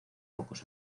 pocos